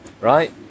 right